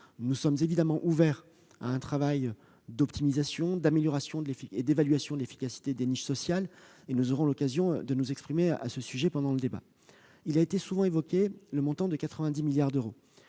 Nous sommes évidemment ouverts à un travail d'optimisation, d'amélioration et d'évaluation de l'efficacité des niches sociales. Nous aurons l'occasion de nous exprimer à ce sujet pendant le débat. J'ai entendu dans la bouche de plusieurs d'entre